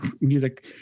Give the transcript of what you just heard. music